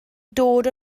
dod